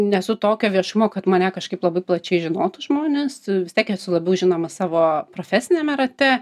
nesu tokio viešumo kad mane kažkaip labai plačiai žinotų žmonės vis tiek esu labiau žinoma savo profesiniame rate